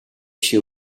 she